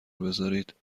بذارید